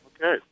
Okay